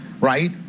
right